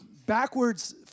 backwards